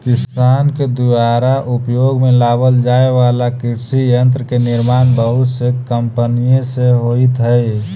किसान के दुयारा उपयोग में लावल जाए वाला कृषि यन्त्र के निर्माण बहुत से कम्पनिय से होइत हई